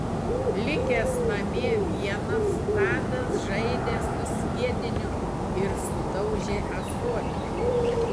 likęs namie vienas tadas žaidė su sviediniu ir sudaužė ąsotį